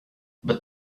but